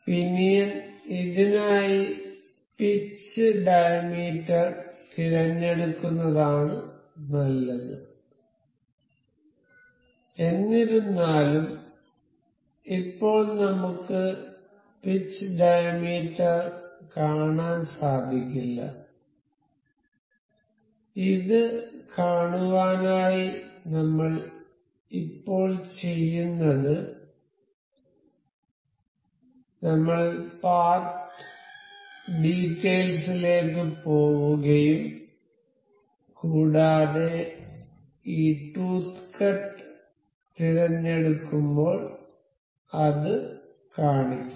പിനിയന് ഇതിനായി pitch diameter തിരഞ്ഞെടുക്കുന്നതാണ് നല്ലത് എന്നിരുന്നാലും ഇപ്പോൾ നമുക്ക് പിച്ച് ഡയമീറ്റർ കാണാൻ സാധിക്കില്ല ഇത് കാണുവാനായി നമ്മൾ ഇപ്പോൾ ചെയ്യുന്നത് നമ്മൾ പാർട്ട് ഡീറ്റൈൽസിലേക്കു പോവുകയും കൂടാതെ ഈ ടൂത്ത് കട്ട് തിരഞ്ഞെടുക്കുമ്പോൾ അത് കാണിക്കും